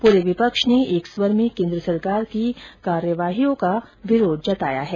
पूरे विपक्ष ने एक स्वर में केन्द्र सरकार की कार्यवाहियों का विरोध जताया है